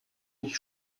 mich